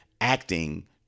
acting